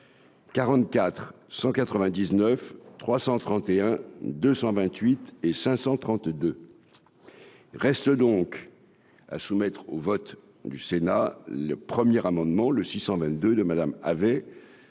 199 331 228 et 532 reste donc à soumettre au vote du Sénat, le premier amendement le 622 de Madame